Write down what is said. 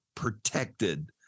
protected